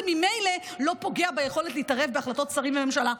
ממילא לא פוגע ביכולת להתערב בהחלטות שרים וממשלה,